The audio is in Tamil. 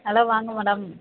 ஹலோ வாங்க மேடம்